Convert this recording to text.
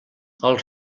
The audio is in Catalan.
els